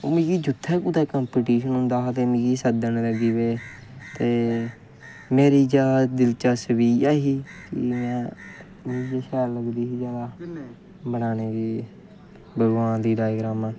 ओह् कुदै जित्थें कुदै कंपिटिशन होंदा हा तां ओह् मिगी सद्दन लगी पे ते मेरी जैदा दिलचस्बी इ'यै ही कि में इ'यै शैल लगदी ही बनाने गी भगवान दी डायग्रामां